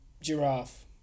giraffe